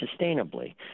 sustainably